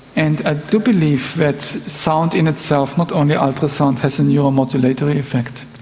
and i do believe that sound in itself, not only ultrasound, has a neuro-modulatory effect.